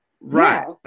Right